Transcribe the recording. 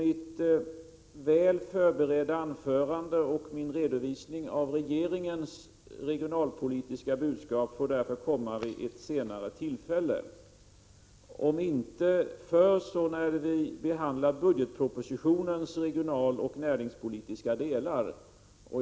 Mitt väl förberedda anförande och min redovisning av regeringens regionalpolitiska budskap får jag därför framföra vid ett senare tillfälle, om inte förr så när vi behandlar budgetpropositionens regionaloch näringspolitiska del.